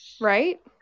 Right